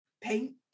Paint